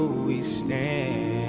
we stand